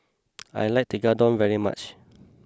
I like Tekkadon very much